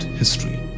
history